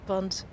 Want